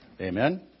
Amen